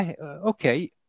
Okay